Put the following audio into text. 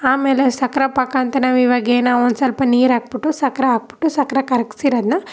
ಆಮೇಲೆ ಸಕ್ರೆ ಪಾಕ ಅಂತ ನಾವಿವಾಗ ಏನು ಒಂದು ಸ್ವಲ್ಪ ನೀರು ಹಾಕ್ಬಿಟ್ಟು ಸಕ್ರೆ ಹಾಕ್ಬಿಟ್ಟು ಸಕ್ರೆ ಕರಗಿಸಿರೋದ್ನ